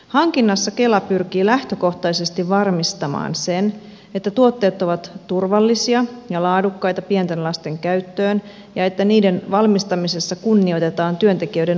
hankinnassa kela pyrkii lähtökohtaisesti varmistamaan sen että tuotteet ovat turvallisia ja laadukkaita pienten lasten käyttöön ja että niiden valmistamisessa kunnioitetaan työntekijöiden oikeuksia